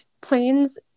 planes